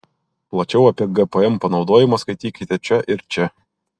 plačiau apie gpm panaudojimą skaitykite čia ir čia